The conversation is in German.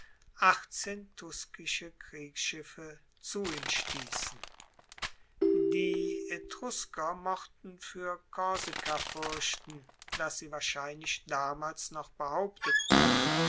achtzehn tuskische kriegsschiffe zu ihm stiessen die etrusker mochten fuer korsika fuerchten das sie wahrscheinlich damals noch behaupteten